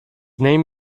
name